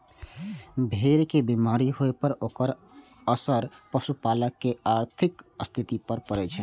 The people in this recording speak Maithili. भेड़ के बीमार होइ पर ओकर असर पशुपालक केर आर्थिक स्थिति पर पड़ै छै